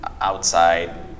outside